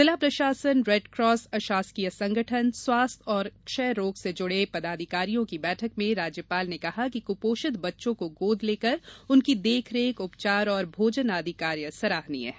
जिला प्रशासन रेडक्रास अशासकीय संगठन स्वास्थ्य और क्षय रोग से जुड़े पदाधिकारियों की बैठक में राज्यपाल ने कहा कि क्पोषित बच्चों को गोद लेकर उनकी देख रेख उपचार और भोजन आदि कार्य सराहनीय हैं